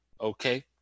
okay